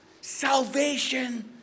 Salvation